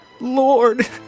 Lord